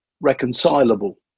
reconcilable